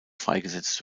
freigesetzt